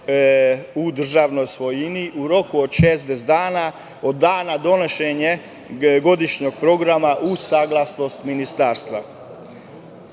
u državnoj svojini u roku u 60 dana od dana donošenja godišnjeg programa uz saglasnost ministarstva. Odluku